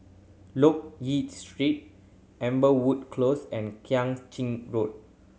Loke Yew Street Amberwood Close and Kang Ching Road